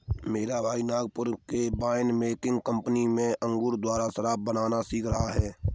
मेरा भाई नागपुर के वाइन मेकिंग कंपनी में अंगूर द्वारा शराब बनाना सीख रहा है